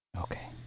Okay